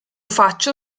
faccio